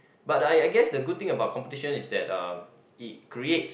but I I guess the good thing about competition is that uh it creates